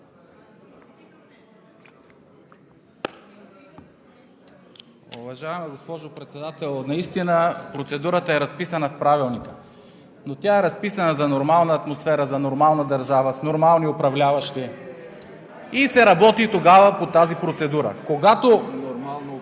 Уважаема госпожо Председател! Наистина процедурата е разписана в Правилника, но тя е разписана за нормална атмосфера, за нормална държава с нормални управляващи (възгласи от ГЕРБ: „Еее!“) и се работи тогава по тази процедура. Когато